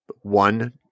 One